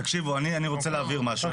תקשיבו, אני רוצה להבהיר משהו.